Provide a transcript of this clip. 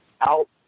out